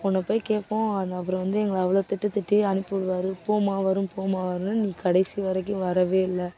உன்ன போய் கேட்போம் அது அவர் வந்து எங்களை அவ்வளோ திட்டு திட்டி அனுப்பிவிடுவாரு போம்மா வரும் போம்மா வரும்னு நீ கடைசி வரைக்கும் வரவே இல்லை